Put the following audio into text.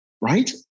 right